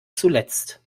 zuletzt